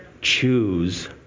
choose